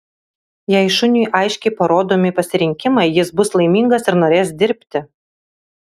jei šuniui aiškiai parodomi pasirinkimai jis bus laimingas ir norės dirbti